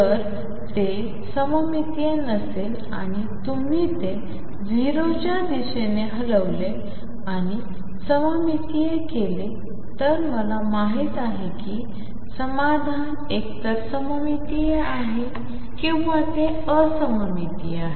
जर ते सममितीय नसेल आणि तुम्ही ते 0 च्या दिशेने हलवले आणि सममितीय केले तर मला माहित आहे की समाधान एकतर सममितीय आहे किंवा ते असममितीय आहे